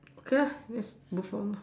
okay la let's move on lo